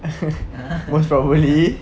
most probably